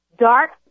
Dark